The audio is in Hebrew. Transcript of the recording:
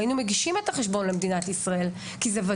היינו מגישים את החשבון למדינת ישראל,